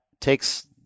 takes